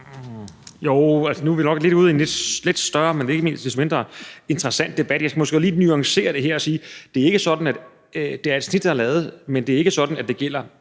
Joh, altså nu er vi nok ude i en lidt større, men ikke desto mindre interessant debat. Jeg skal måske lige nuancere det her og sige, at det er et snit, der er lavet, men det er ikke sådan, at det gælder